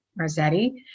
Marzetti